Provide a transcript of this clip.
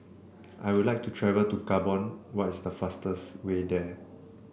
I would like to travel to Gabon what is the fastest way there